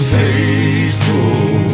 faithful